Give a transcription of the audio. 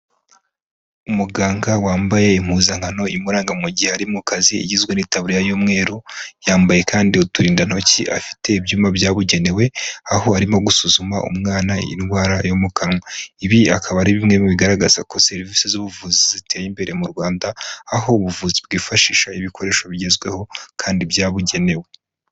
Umuganga wambaye impuzankano imuranga mu gihe ari mu kazi igizwe n'itaburiya y'umweru, yambaye kandi uturindantoki afite ibyuyuma byabugenewe, aho arimo gusuzuma umwana indwara yo mu kanwa. Ibi akaba ari bimwe mu bigaragaza ko serivisi z'ubuvuzi ziteye imbere mu Rwanda, aho ubuvuzi bwifashisha ibikoresho bigezweho kandi byabugenewe.